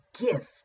gift